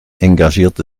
engagierte